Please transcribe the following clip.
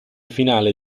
finale